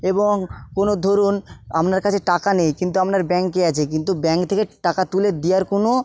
এবং কোনো ধরুন আপনার কাছে টাকা নেই কিন্তু আপনার ব্যাংকে আছে কিন্তু ব্যাংক থেকে টাকা তুলে দেওয়ার কোনো